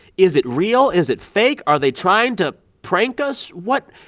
is it real? is it fake? are they trying to prank us? what?